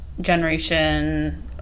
generation